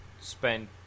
spend